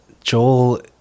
Joel